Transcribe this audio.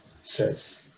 says